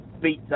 beat